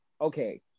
Okay